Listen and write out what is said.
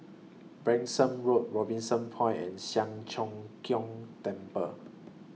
Branksome Road Robinson Point and Siang Cho Keong Temple